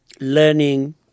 learning